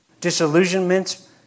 disillusionments